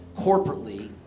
corporately